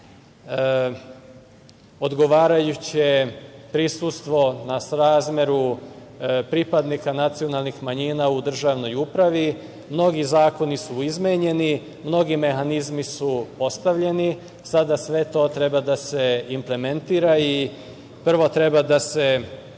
odgovarajuće prisustvo, na srazmeru pripadnika nacionalnih manjina u državnoj upravi. Mnogi zakoni su izmenjeni, mnogi mehanizmi su ostavljeni. Sada sve to treba da se implementira. Prvo treba da se